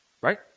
right